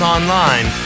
Online